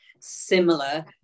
similar